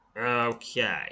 Okay